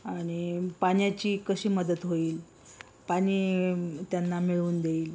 आणि पाण्याची कशी मदत होईल पाणी त्यांना मिळवून देईल